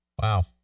Wow